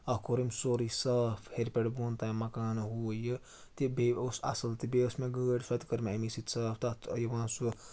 اکھ کوٚر أمۍ سورُے صاف ہیٚرِ پٮ۪ٹھ بۄن تام مَکانہٕ ہُہ یہِ تہِ بیٚیہِ اوس اَصٕل تہٕ بیٚیہِ ٲسۍ مےٚ گٲڑۍ سۄ تہِ کٔر مےٚ اَمی سۭتۍ صاف تَتھ یِوان سُہ